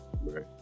Right